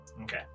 Okay